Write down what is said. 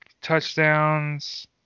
touchdowns